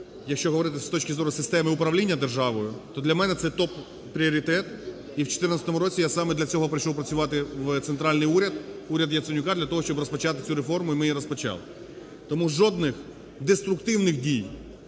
якщо говорити з точки зору системи управління державою, то для мене це топ-пріоритет, і в 14-му році я саме для цього прийшов працювати в центральний уряд, уряд Яценюка для того, щоб розпочати цю реформу, і ми її розпочали. Тому жодних деструктивних дій,